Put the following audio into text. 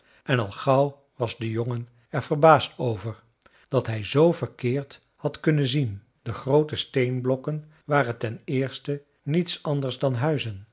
en al gauw was de jongen er verbaasd over dat hij z verkeerd had kunnen zien de groote steenblokken waren ten eerste niets anders dan huizen